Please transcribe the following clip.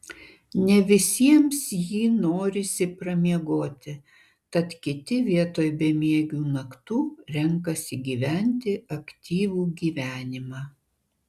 ne visiems jį norisi pramiegoti tad kiti vietoj bemiegių naktų renkasi gyventi aktyvų gyvenimą